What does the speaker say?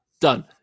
done